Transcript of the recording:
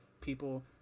people